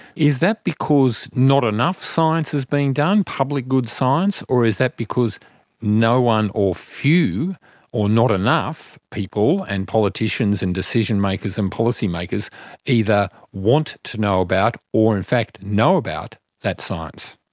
is that because not enough science is being done, public good science, or is that because no one or few or not enough people and politicians and decision-makers and policymakers either want to know about or in fact know about that science?